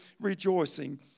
rejoicing